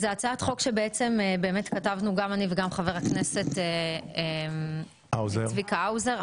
זאת הצעת חוק שכתבנו גם אני וגם חבר הכנסת צביקה האוזר.